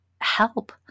help